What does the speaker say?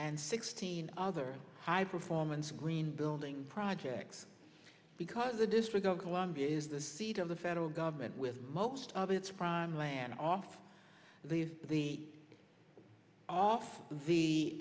and sixteen other high performance green building projects because the district of columbia is the seat of the federal government with most of its prime land off these the off the